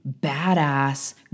badass